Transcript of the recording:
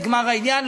נגמר העניין,